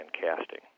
casting